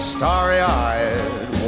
Starry-eyed